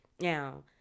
Now